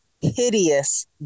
hideous